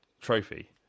trophy